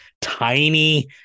tiny